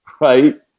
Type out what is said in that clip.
right